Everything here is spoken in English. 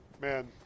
Man